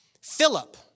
Philip